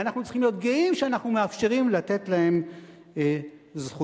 ואנחנו צריכים להיות גאים שאנחנו מאפשרים לתת להם זכויות.